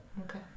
Okay